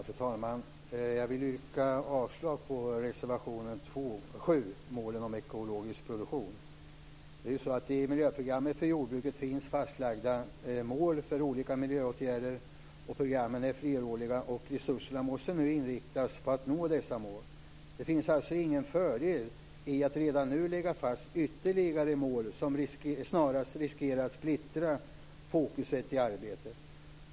Fru talman! Jag vill yrka avslag på reservationen 7, Målen om ekologisk produktion. Det är ju så att i miljöprogrammet för jordbruket finns fastlagda mål för olika miljöåtgärder, och programmen är fleråriga. Resurserna måste nu inriktas på att nå dessa mål. Det finns alltså ingen fördel i att redan nu lägga fast ytterligare mål som snarast riskerar att splittra fokuseringen i arbetet.